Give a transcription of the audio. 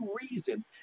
reason